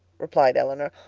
replied elinor,